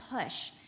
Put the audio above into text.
push